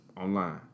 online